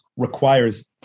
Requires